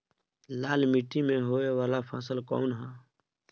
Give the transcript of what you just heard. लाल मीट्टी में होए वाला फसल कउन ह?